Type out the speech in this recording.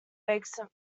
vacant